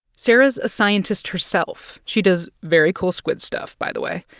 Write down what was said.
sarah's a scientist herself. she does very cool squid stuff, by the way.